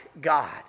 God